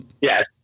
Yes